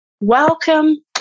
Welcome